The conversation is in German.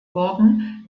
worden